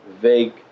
vague